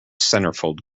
centerfold